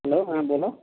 hello হ্যাঁ বলো